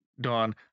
Dawn